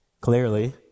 clearly